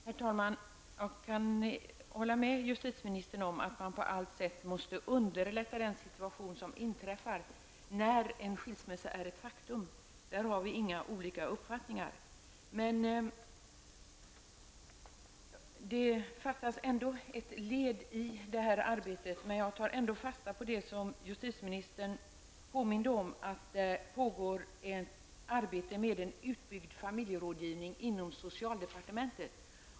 Herr talman! Jag kan hålla med justitieministern om att man på allt sätt måste underlätta i den situation när en skilsmässa är ett faktum. Där har vi inte olika uppfattningar, men det fattas ändå ett led i detta arbete. Jag tar emellertid fasta på det justitieministern påminde om, nämligen att det pågår ett arbete med en utbyggd familjerådgivning inom socialdepartementet.